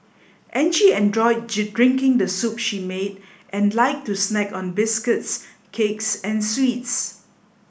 Angie enjoyed drinking the soup she made and liked to snack on biscuits cakes and sweets